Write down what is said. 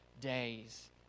days